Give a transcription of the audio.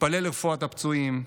נתפלל לרופאת הפצועים,